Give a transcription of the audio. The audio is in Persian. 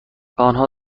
آنها